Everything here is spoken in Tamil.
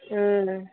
ம்